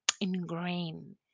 ingrain